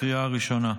לקריאה הראשונה.